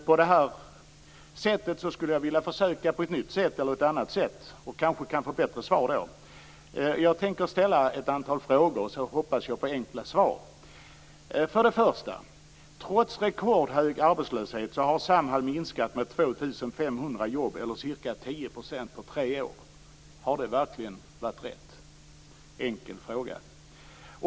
Kanske kan jag då få bättre svar. Jag tänker nämligen ställa ett antal frågor och hoppas på enkla svar. För det första: Trots rekordhög arbetslöshet har Har det verkligen varit rätt? Detta är min enkla fråga.